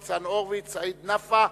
ניצן הורוביץ וסעיד נפאע.